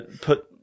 put